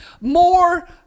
more